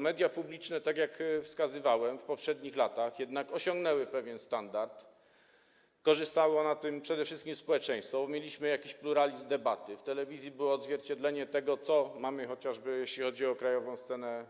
Media publiczne, jak wskazywałem w poprzednich latach, jednak osiągnęły pewien standard, korzystało na tym przede wszystkim społeczeństwo, bo mieliśmy pluralizm debaty, w telewizji było odzwierciedlenie tego, co mamy, chociażby jeśli chodzi o krajową scenę